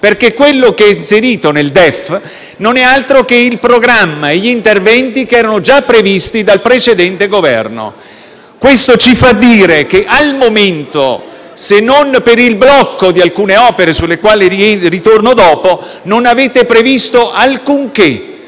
perché ciò che è inserito nel DEF non sono altro che il programma e gli interventi già previsti dal precedente Governo. Questo ci fa dire che al momento, se non per il blocco di alcune opere, sulle quali tornerò tra poco, non avete previsto alcunché